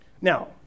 Now